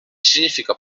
significa